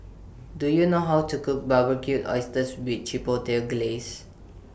Do YOU know How to Cook Barbecued Oysters with Chipotle Glaze